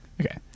Okay